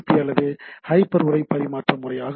B அல்லது hyper உரை பரிமாற்ற நெறிமுறை ஆகும்